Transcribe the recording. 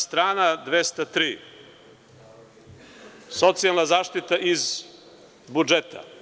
Strana 203. socijalna zaštita iz budžeta.